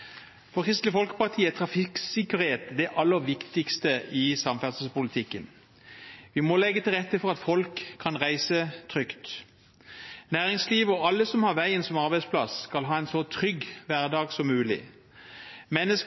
trafikksikkerhet det aller viktigste i samferdselspolitikken. Vi må legge til rette for at folk kan reise trygt. Næringslivet og alle som har veien som arbeidsplass, skal ha en så trygg hverdag som mulig. Mennesker